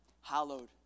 Hallowed